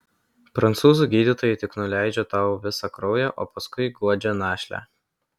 prancūzų gydytojai tik nuleidžia tau visą kraują o paskui guodžia našlę